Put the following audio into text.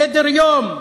סדר-יום,